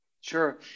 Sure